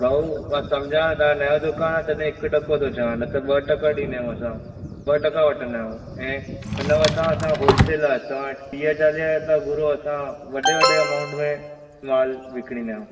भाऊ मां समुझा थो तव्हां जो नओं दुकानु आहे तॾहिं हिकु टको थो चहियां न त ॿ टका ॾींदा आहियूं असां ॿ टका वठंदा आहियूं ऐं हुन मथां असांजो होलसेल आहे तव्हां टीह चालीह था घुरो असां वॾे वॾे अमाउन्ट में मालु विकिणंदा आहियूं